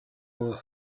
were